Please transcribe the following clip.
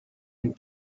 and